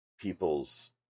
people's